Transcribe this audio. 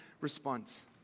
response